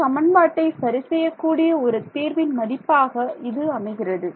இந்த சமன்பாட்டை சரி செய்யக்கூடிய ஒரு தீர்வின் மதிப்பாக இது அமைகிறது